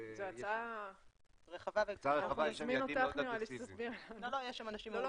הצעה רחבה, יש שם יעדים אגרסיביים.